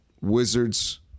Wizards